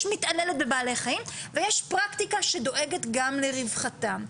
מתעללת בבעלי חיים ויש פרקטיקה שדואגת גם לרווחתם.